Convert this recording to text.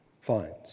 finds